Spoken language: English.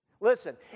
Listen